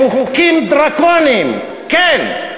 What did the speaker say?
בחוקים דרקוניים, כן.